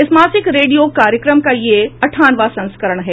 इस मासिक रेडियो कार्यक्रम का यह अटठावनवां संस्करण है